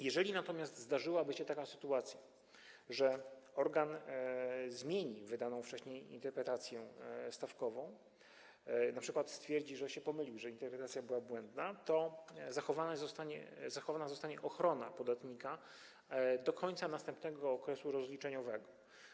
Jeżeli natomiast zdarzyłaby się taka sytuacja, że organ zmieni wydaną wcześniej interpretację stawkową, np. stwierdzi, że się pomylił, że interpretacja była błędna, to zachowana zostanie ochrona podatnika do końca następnego okresu rozliczeniowego.